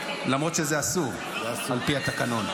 למרות שזה אסור על פי התקנון.